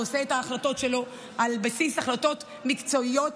עושה את ההחלטות שלו על בסיס החלטות מקצועיות